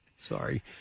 Sorry